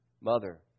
mother